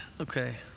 Okay